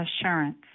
assurance